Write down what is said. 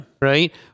Right